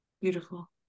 beautiful